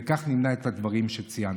וכך נמנע את הדברים שציינתי.